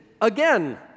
again